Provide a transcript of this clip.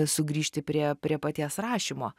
sugrįžti prie prie paties rašymo